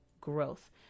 growth